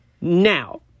Now